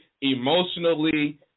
emotionally